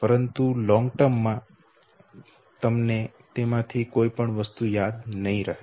પરંતુ લાંબા ગાળા માં તમને તેમાંથી કોઈ પણ વસ્તુ યાદ નહી રહે